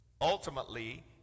ultimately